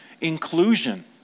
inclusion